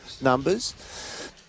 numbers